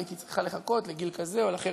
והייתי צריכה לחכות לגיל כזה או אחר.